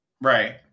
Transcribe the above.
Right